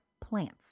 plants